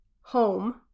home